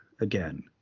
again